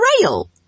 Rail